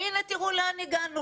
והנה תראו לאן הגענו,